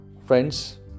Friends